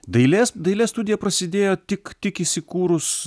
dailės dailės studija prasidėjo tik tik įsikūrus